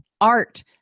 art